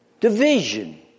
Division